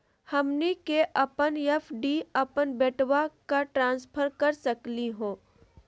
हमनी के अपन एफ.डी अपन बेटवा क ट्रांसफर कर सकली हो?